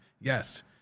Yes